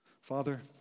Father